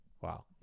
Wow